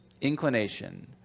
inclination